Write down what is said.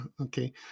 Okay